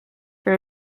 for